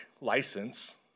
license